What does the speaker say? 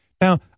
Now